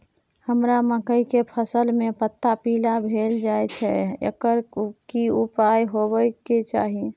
हमरा मकई के फसल में पता पीला भेल जाय छै एकर की उपचार होबय के चाही?